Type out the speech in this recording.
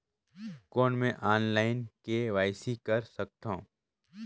कौन मैं online KYC कर सकथव?